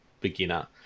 beginner